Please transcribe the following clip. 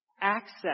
access